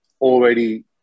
already